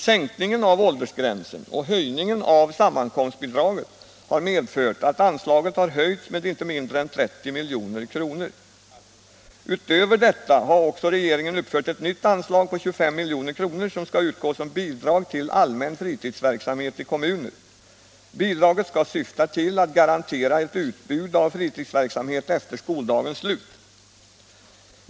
Sänkningen av åldersgränsen och höjningen av sammankomstbidraget har medfört att anslaget har höjts med inte mindre än 30 milj.kr. Utöver detta har också regeringen uppfört ett nytt anslag på 25 milj.kr. som skall utgå som bidrag till allmän fritidsverksamhet i kommuner. Bidraget skall syfta till att garantera ett utbud av fritidsverksamhet efter skoldagens slut.